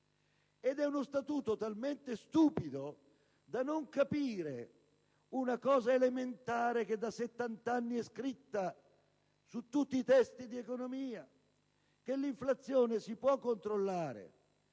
Ed è uno statuto talmente stupido da non capire un fatto elementare, che da 70 anni è scritto su tutti i testi di economia: l'inflazione si può controllare,